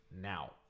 now